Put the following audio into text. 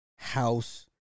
House